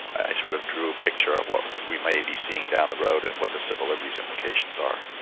i sort of drew a picture of what we may be seeing down the road and what the civil liberties implications are.